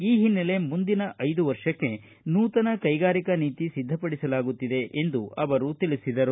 ಈ ಹಿನ್ನೆಲೆ ಮುಂದಿನ ಐದು ವರ್ಷಕ್ಕೆ ನೂತನ ಕೈಗಾರಿಕಾ ನೀತಿ ಸಿದ್ದಪಡಿಸಲಾಗುತ್ತಿದೆ ಎಂದು ತಿಳಿಸಿದರು